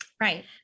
Right